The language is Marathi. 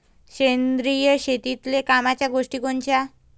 सेंद्रिय शेतीतले कामाच्या गोष्टी कोनच्या?